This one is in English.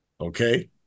okay